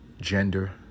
gender